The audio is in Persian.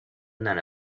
نره